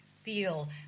feel